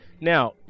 now